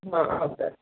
ಹಾಂ ಹೌದಾ